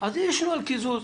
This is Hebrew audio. אז יש נוהל קיזוז.